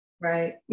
Right